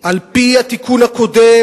על-פי התיקון הקודם,